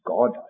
God